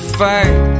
fight